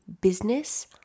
business